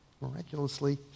miraculously